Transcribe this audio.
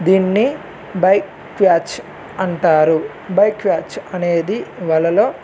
దీన్ని బైక్యాచ్ అంటారు బైక్యాచ్ అనేది వలలో